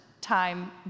time